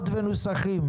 6% וועדת כלכלה.